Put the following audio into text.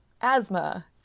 asthma